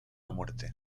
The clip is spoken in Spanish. muerte